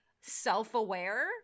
self-aware